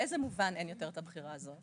באיזה מובן אין יותר את הבחירה הזאת?